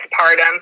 postpartum